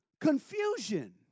confusion